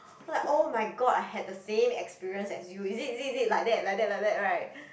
I like [oh]-my-god I had the same experience as you is it is it is it like that like that like that right